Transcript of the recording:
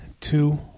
two